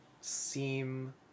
seem